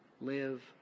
live